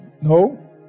no